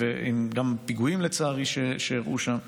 וגם פיגועים שאירעו שם,